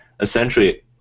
essentially